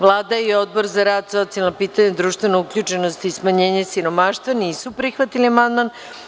Vlada i Odbor za rad, socijalna pitanja, društvenu uključenost i smanjenje siromaštva nisu prihvatili amandman.